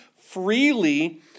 Freely